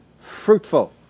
fruitful